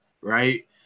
Right